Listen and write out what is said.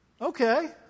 okay